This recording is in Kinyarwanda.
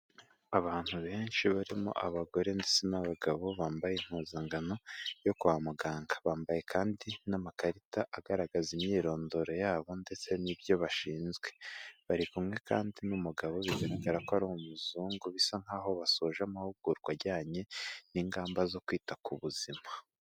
Abantu benshi barimo abagore ndetse n'abagabo bambaye impuzankano yo kwa muganga, bambaye kandi n'amakarita agaragaza imyirondoro yabo ndetse n'ibyo bashinzwe, bari kumwe kandi n'umugabo bigaragara ko ari umuzungu, bisa nk'aho basoje amahugurwa ajyanye n'ingamba zo kwita ku buzima.